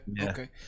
Okay